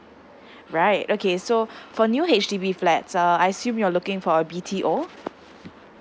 right okay so for new H_D_B flat uh I assume you're looking for a B_T_O